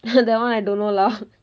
that one I don't know lah